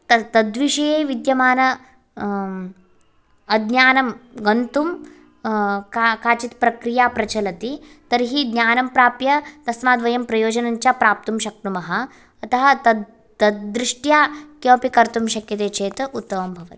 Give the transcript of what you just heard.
तद् तद्विषये विद्यमान अज्ञानं गन्तुं का काचित् प्रक्रिया प्रचलति तर्हि ज्ञानं प्राप्य तस्माद् प्रयोजनं च प्राप्तुं शक्नुमः अतः तद् तद्दृष्ट्या किमपि कर्तुं शक्यते चेत् उत्तमं भवति